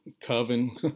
Coven